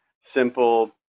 simple